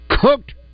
cooked